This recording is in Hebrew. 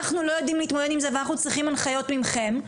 אנחנו לא יודעים להתמודד עם זה ואנחנו צריכים הנחיות מכם,